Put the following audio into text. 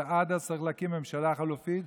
ועד אז צריך להקים ממשלה חלופית,